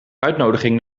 uitnodiging